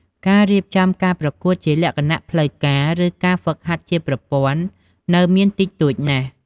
ការរៀបចំការប្រកួតជាលក្ខណៈផ្លូវការ ឬការហ្វឹកហាត់ជាប្រព័ន្ធនៅមានតិចតួចណាស់។